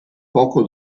poco